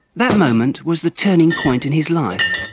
that moment was the turning point in his life.